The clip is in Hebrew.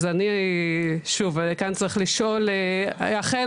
אז שוב, כאן צריך לשאול, אכן